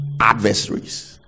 adversaries